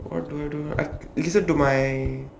what do I do I listen to my